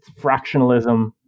fractionalism